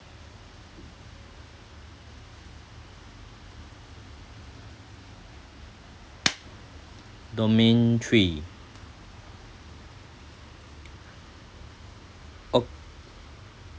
domain three ok